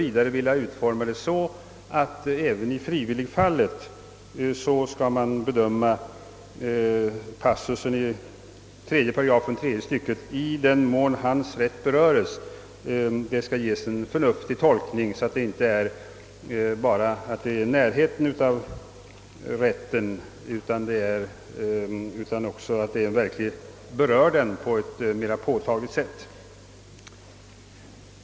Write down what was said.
Vidare utgår jag ifrån att passusen i 3 § tredje stycket »i den mån hans rätt beröres» även i frivilligfallet kan ges en förnuftig tolkning, så att det innebär att t.ex. en servitutsrätt skall vara påtagligt berörd för att medgivande skall erfordras.